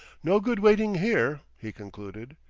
no good waiting here, he concluded.